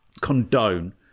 condone